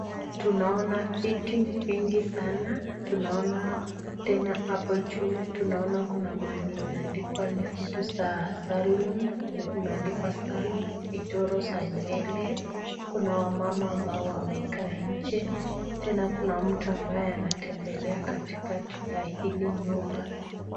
Tunaona viti vingi sanaa, tunaona Tena hapo juu tunaona Kuna mahali imeandikwa ni vitu za salon, mahali imeandikwa salon, vichoro za nywele, Kuna wamama ambao wamekaa nje, Tena Kuna mtu ambaye anatembelea katikati ya hili nyumba.